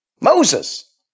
Moses